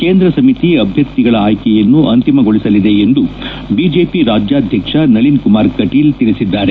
ಕೇಂದ್ರ ಸಮಿತಿ ಆಭ್ಯರ್ಥಿಗಳ ಆಯ್ಕೆಯನ್ನು ಅಂತಿಮಗೊಳಿಸಲಿದೆ ಎಂದು ಬಿಜೆಪಿ ರಾಜ್ಯಾಧ್ಯಕ್ಷ ನಳಿನ್ಕುಮಾರ್ ಕಟೀಲ್ ತಿಳಿಸಿದ್ದಾರೆ